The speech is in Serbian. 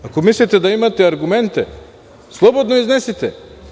Ako mislite da imate argumente slobodno ih iznesite.